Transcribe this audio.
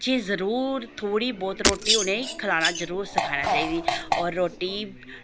जरूर थोह्ड़ी बहुत रुट्टी उ'नें ई खलाना जरूर सखाना चाहिदी और रुट्टी